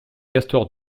castors